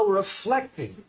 reflecting